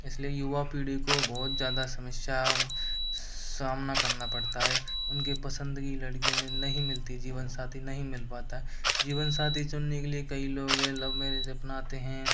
इसलिए युवा पीढ़ी को बहुत ज़्यादा समस्या सामना करना पड़ता है उनकी पसंद की लड़की उन्हें नहीं मिलती जीवनसाथी नहीं मिल पाता जीवनसाथी चुनने के लिए कई लोग लव मैरिज अपनाते हैं